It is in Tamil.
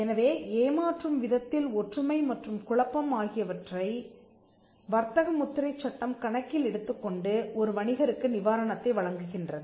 எனவே ஏமாற்றும் விதத்தில் ஒற்றுமை மற்றும் குழப்பம் ஆகியவற்றை வர்த்தக முத்திரைச் சட்டம் கணக்கில் எடுத்துக்கொண்டு ஒரு வணிகருக்கு நிவாரணத்தை வழங்குகிறது